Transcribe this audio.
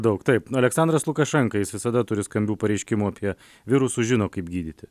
daug taip na aleksandras lukašenka jis visada turi skambių pareiškimų apie virusų žino kaip gydyti